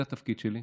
זה התפקיד שלי,